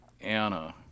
Anna